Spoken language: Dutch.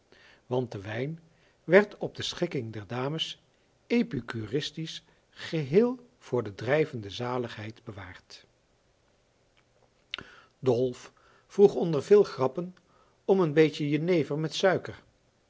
want de wijn werd op de schikking der dames epicuristisch geheel voor de drijvende zaligheid bewaard dolf vroeg onder veel grappen om een beetje jenever met suiker